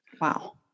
Wow